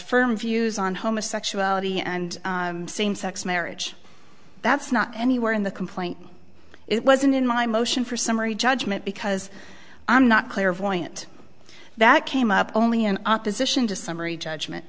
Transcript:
firm views on homosexuality and same sex marriage that's not anywhere in the complaint it wasn't in my motion for summary judgment because i'm not clairvoyant that came up only in opposition to summary judgment